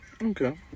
Okay